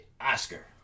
Oscar